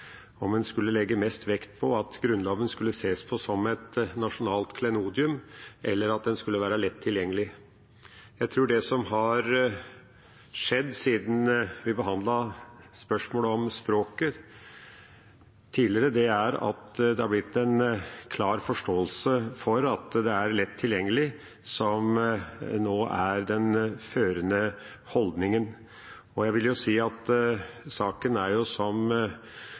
om en skulle legge mest vekt på at Grunnloven skulle ses på som et nasjonalt klenodium, eller at den skulle være lett tilgjengelig. Jeg tror det som har skjedd siden vi behandlet spørsmålet om språket tidligere, er at det har blitt en klar forståelse for at det er «lett tilgjengelig» som nå er den førende holdningen. Jeg vil si at tida er, som representanten Kolberg sa, overmoden for å få en endring, og jeg vil